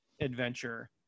adventure